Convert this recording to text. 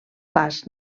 pas